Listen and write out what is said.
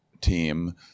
team